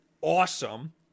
Awesome